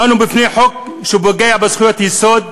אנו בפני חוק שפוגע בזכויות יסוד,